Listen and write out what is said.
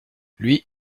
lui